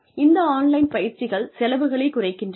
இந்த ஆன்லைன் பயிற்சிகள் செலவுகளைக் குறைக்கின்றன